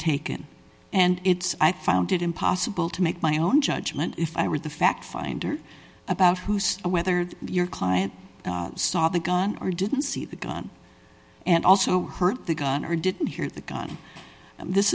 taken and it's i found it impossible to make my own judgment if i were the fact finder about who's a weathered your client saw the gun or didn't see the gun and also heard the gun or didn't hear the gun and this